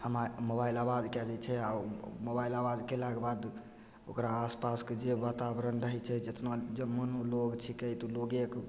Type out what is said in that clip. आवा मोबाइल आवाज कै जाइ छै आओर ओ मोबाइल आवाज कएलाके बाद ओकरा आसपासके जे वातावरण रहै छै जतना जे मोनमे लोक छिकै तऽ लोके